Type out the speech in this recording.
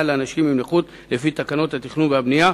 לאנשים עם נכות לפי תקנות התכנון והבנייה,